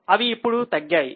ఇవి అప్పుడు తగ్గాయి